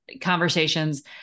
conversations